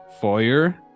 Foyer